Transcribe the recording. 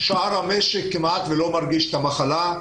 שאר המשק כמעט לא מרגיש את המחלה.